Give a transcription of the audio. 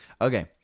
okay